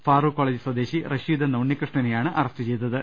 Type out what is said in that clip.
Farooq college സ്വദേശി റഷീദ് എന്ന ഉണ്ണികൃഷ്ണനെയാണ് അറസ്റ്റ് ചെയ്തത്